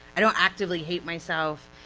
i don't actively hate myself,